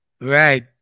right